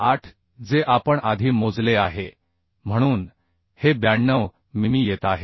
8 जे आपण आधी मोजले आहे म्हणून हे 92 मिमी येत आहे